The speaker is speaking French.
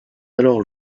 alors